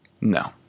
no